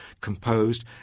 composed